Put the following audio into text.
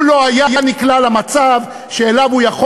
הוא לא היה נקלע למצב שאליו הוא יכול